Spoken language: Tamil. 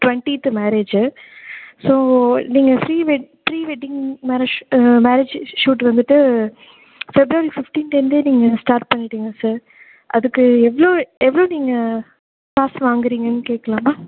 டுவென்டீத்து மேரேஜு ஸோ நீங்கள் ஃப்ரீ வெ ப்ரீவெட்டிங் மேரஷ் ஆ மேரஜ் ஷூட் வந்துட்டு ஃபெப்ரவரி ஃபிஃப்டீன்லேருந்தே நீங்கள் ஸ்டார்ட் பண்ணிவிடுங்க சார் அதுக்கு எவ்வளோ எவ்வளோ நீங்கள் காசு வாங்குகிறிங்கன்னு கேட்கலாமா